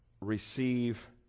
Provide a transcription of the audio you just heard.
receive